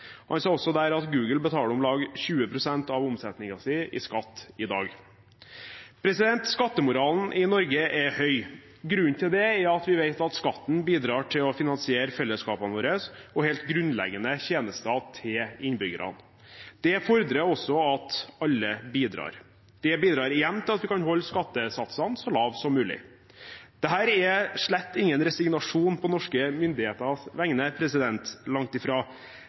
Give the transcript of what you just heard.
Han sa også der at Google betaler om lag 20 pst. av omsetningen i skatt i dag. Skattemoralen i Norge er høy. Grunnen til det er at vi vet at skatten bidrar til å finansiere fellesskapene våre og helt grunnleggende tjenester til innbyggerne. Det fordrer også at alle bidrar. Det bidrar igjen til at vi kan holde skattesatsene så lave som mulig. Dette er slett ingen resignasjon på norske myndigheters vegne – langt ifra.